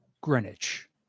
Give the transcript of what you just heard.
Greenwich